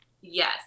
Yes